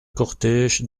cortége